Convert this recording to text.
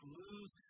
lose